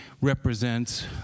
represents